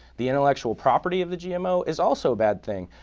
the intellectual property of the gmo is also a bad thing.